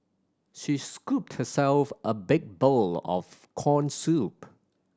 she scooped herself a big bowl of corn soup